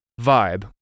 vibe